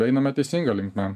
einame teisinga linkme